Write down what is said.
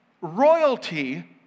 Royalty